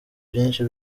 byinshi